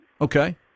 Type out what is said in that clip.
Okay